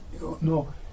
no